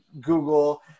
Google